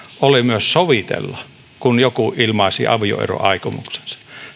oli myös sovitella kun joku ilmaisi avioeroaikomuksensa